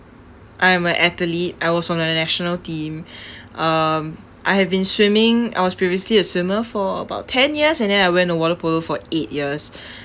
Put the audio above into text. I am a athlete I was from the national team um I have been swimming I was previously a swimmer for about ten years and then I went to waterpolo for eight years